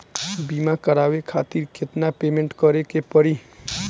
बीमा करावे खातिर केतना पेमेंट करे के पड़ी?